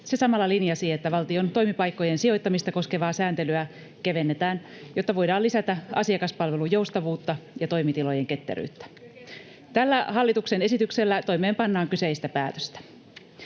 se samalla linjasi, että valtion toimipaikkojen sijoittamista koskevaa sääntelyä kevennetään, jotta voidaan lisätä asiakaspalvelun joustavuutta ja toimitilojen ketteryyttä. Tällä hallituksen esityksellä toimeenpannaan kyseistä päätöstä.